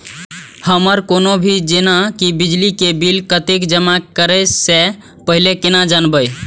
हमर कोनो भी जेना की बिजली के बिल कतैक जमा करे से पहीले केना जानबै?